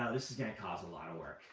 ah this is going to cause a lot of work.